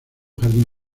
jardín